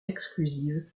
exclusives